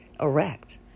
erect